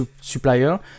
supplier